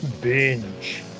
Binge